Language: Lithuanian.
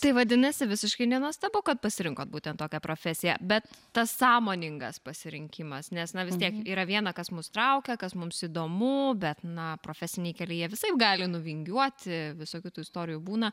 tai vadinasi visiškai nenuostabu kad pasirinkot būtent tokią profesiją bet tas sąmoningas pasirinkimas nes na vis tiek yra viena kas mus traukia kas mums įdomu bet na profesiniai keliai jie visaip gali nuvingiuoti visokių tų istorijų būna